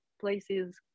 places